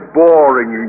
boring